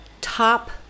top